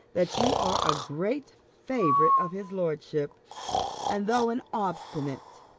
that you are a great favourite of his lordship and though an obstinate,